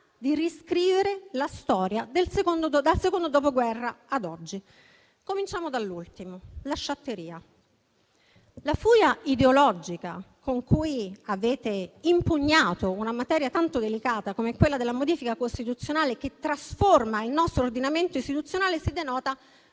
di riscrivere la storia dal secondo Dopoguerra ad oggi. Cominciamo dall'ultimo elemento, la sciatteria. La furia ideologica con cui avete impugnato una materia tanto delicata come quella della modifica costituzionale, che trasforma il nostro ordinamento istituzionale, si denota